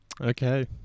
Okay